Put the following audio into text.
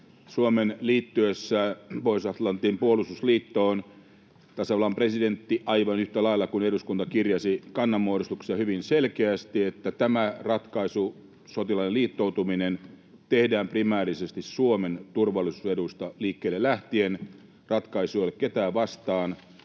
Suomen liittyessä Pohjois-Atlantin puolustusliittoon tasavallan presidentti aivan yhtä lailla kuin eduskunta kirjasi kannanmuodostuksessa hyvin selkeästi, että tämä ratkaisu, sotilaallinen liittoutuminen, tehdään primäärisesti Suomen turvallisuuseduista liikkeelle lähtien. Ratkaisu ei ole ketään vastaan,